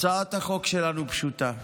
הצעת החוק שלנו פשוטה.